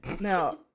now